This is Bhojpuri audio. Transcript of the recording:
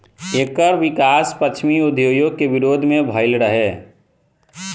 एकर विकास पश्चिमी औद्योगिक विरोध में भईल रहे